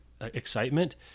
excitement